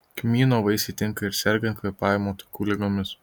kmyno vaisiai tinka ir sergant kvėpavimo takų ligomis